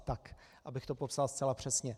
Tak, abych to popsal zcela přesně.